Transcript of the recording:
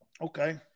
Okay